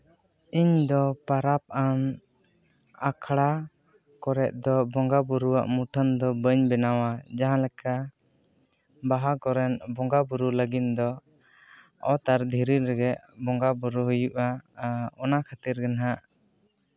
ᱤᱧᱫᱚ ᱯᱚᱨᱚᱵᱽ ᱟᱱ ᱟᱠᱷᱲᱟ ᱠᱚᱨᱮᱫ ᱫᱚ ᱵᱚᱸᱜᱟᱼᱵᱩᱨᱩᱣᱟᱜ ᱢᱩᱴᱷᱟᱹᱱ ᱫᱚ ᱵᱟᱹᱧ ᱵᱮᱱᱟᱣᱟ ᱡᱟᱦᱟᱸ ᱞᱮᱠᱟ ᱵᱟᱦᱟ ᱠᱚᱨᱮᱱ ᱵᱚᱸᱜᱟᱼᱵᱩᱨᱩ ᱞᱟᱹᱜᱤᱫ ᱫᱚ ᱚᱛ ᱟᱨ ᱫᱷᱤᱨᱤ ᱨᱮᱜᱮ ᱵᱚᱸᱜᱟᱼᱵᱩᱨᱩ ᱦᱩᱭᱩᱜᱼᱟ ᱚᱱᱟ ᱠᱷᱟᱹᱛᱤᱨ ᱜᱮ ᱦᱟᱸᱜ